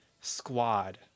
squad